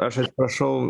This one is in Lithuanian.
aš atsiprašau